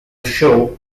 show